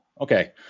Okay